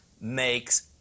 makes